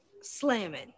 Slamming